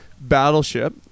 battleship